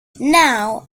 now